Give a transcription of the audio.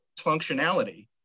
functionality